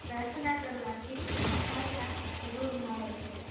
પ્રાર્થના કરવાથી સફળતા જરૂર મળે છે